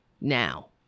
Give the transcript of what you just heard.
now